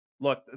look